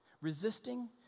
resisting